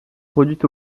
produites